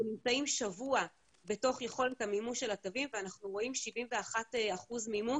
אנחנו נמצאים שבוע בתוך יכולת המימוש של התווים ואנחנו רואים 71% מימוש,